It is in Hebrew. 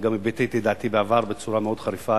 וגם ביטאתי את דעתי בעבר בצורה מאוד חריפה.